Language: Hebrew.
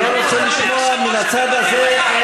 אני לא רוצה לשמוע מן הצד הזה אלא